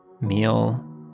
meal